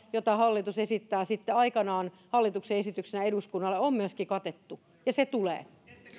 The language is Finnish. jota hallitus esittää sitten aikanaan hallituksen esityksenä eduskunnalle on myöskin katettu ja se tulee